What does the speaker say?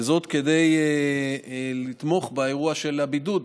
כדי לתמוך באירוע של הבידוד,